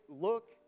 look